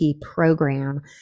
program